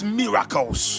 miracles